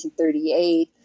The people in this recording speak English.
1938